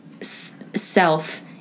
self